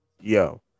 yo